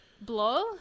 Blow